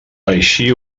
així